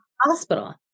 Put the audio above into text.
hospital